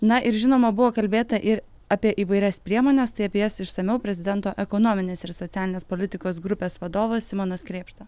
na ir žinoma buvo kalbėta ir apie įvairias priemones tai apie jas išsamiau prezidento ekonominės ir socialinės politikos grupės vadovas simonas krėpšta